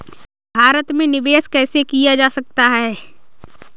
भारत में निवेश कैसे किया जा सकता है?